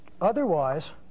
Otherwise